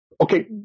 Okay